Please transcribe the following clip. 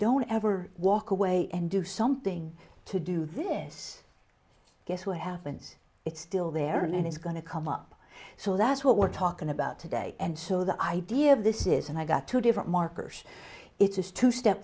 don't ever walk away and do something to do this guess who happens it's still there and it's going to come up so that's what we're talking about today and so the idea of this is and i got two different markers it is two step